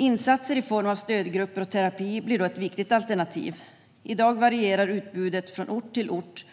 Insatser i form av stödgrupper och terapi blir då ett viktigt alternativ. I dag varierar utbudet från ort till ort